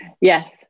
Yes